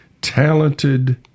talented